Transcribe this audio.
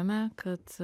tame kad